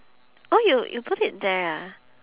oh you you put it there ah